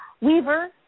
Weaver